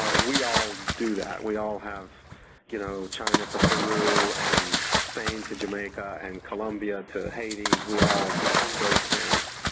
ah we all do that, we all have you know china to peru and spain to jamaica and colombia to haiti. we all do those things,